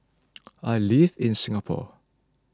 I live in Singapore